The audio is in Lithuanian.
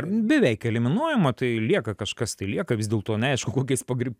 beveik eliminuojama tai lieka kažkas tai lieka vis dėlto neaišku kokiais pagri